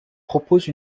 propose